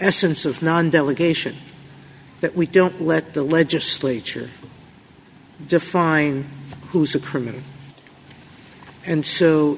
essence of non delegation that we don't let the legislature define who is a criminal and so